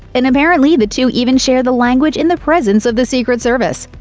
and apparently, the two even share the language in the presence of the secret service.